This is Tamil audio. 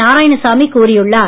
நாராயணசாமி கூறியுள்ளார்